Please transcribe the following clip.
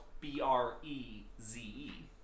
B-R-E-Z-E